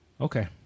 Okay